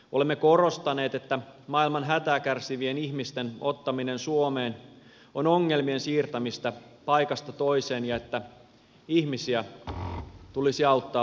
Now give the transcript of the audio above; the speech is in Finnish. olemme korostaneet että maailman hätää kärsivien ihmisten ottaminen suomeen on ongelmien siirtämistä paikasta toiseen ja että ihmisiä tulisi auttaa paikan päällä